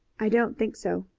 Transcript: i don't think so.